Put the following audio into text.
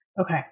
Okay